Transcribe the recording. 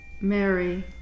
Mary